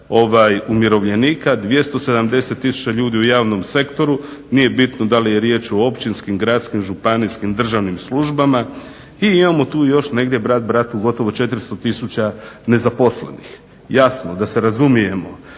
umirovljenika, 270 tisuća ljudi u javnom sektoru, nije bilo da li je riječ o općinskim, gradskim, županijskim, državnim službama i imamo tu još negdje brat bratu gotovo 400 tisuća nezaposlenih. Jasno da se razumijemo,